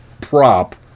prop